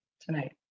tonight